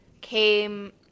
came